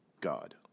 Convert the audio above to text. God